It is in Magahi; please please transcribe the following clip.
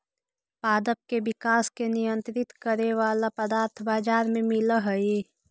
पादप के विकास के नियंत्रित करे वाला पदार्थ बाजार में मिलऽ हई